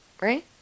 Right